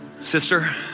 Sister